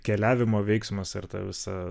keliavimo veiksmas ar ta visa